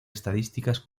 estadísticas